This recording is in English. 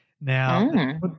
Now